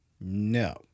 No